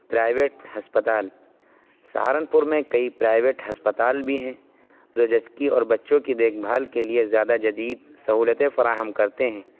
private ہسپتال سہارنپور میں کئی پرائیویٹ ہسپتال بھی ہیں جو زچگی اور بچوں کی دیکھ بھال کے لیے زیادہ جدید سہولتیں فراہم کرتے ہیں